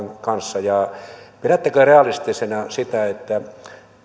kanssa ja pidättekö realistisena sitä että